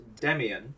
Demian